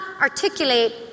articulate